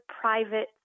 private